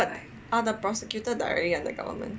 are the prosecutors directly under the government